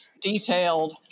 detailed –